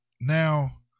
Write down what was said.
Now